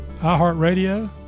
iHeartRadio